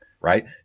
right